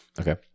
Okay